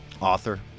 author